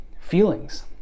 feelings